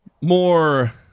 more